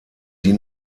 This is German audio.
die